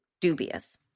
dubious